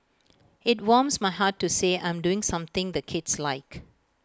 IT warms my heart to say I'm doing something the kids like